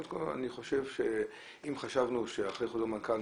אם חשבנו שאחרי חוזר מנכ"ל